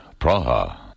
Praha